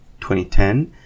2010